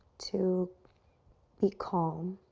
to be calm.